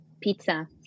pizza